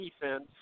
defense